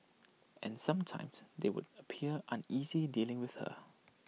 and sometimes they would appear uneasy dealing with her